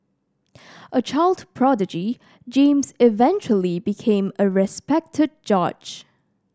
a child prodigy James eventually became a respected judge